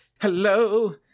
Hello